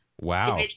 Wow